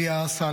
דיאא עאסלה,